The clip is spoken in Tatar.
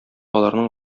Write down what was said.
аларның